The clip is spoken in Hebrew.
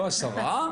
לא עשרה,